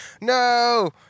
No